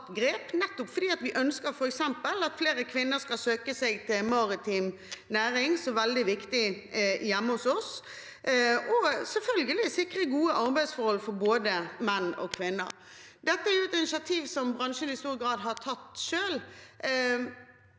ønsker at flere kvinner skal søke seg til maritim næring, som er veldig viktig hjemme hos oss, og selvfølgelig også å sikre gode arbeidsforhold for både menn og kvinner. Dette er et initiativ som bransjen i stor grad har tatt selv.